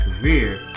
career